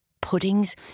puddings